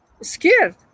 scared